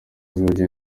azajya